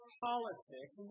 politics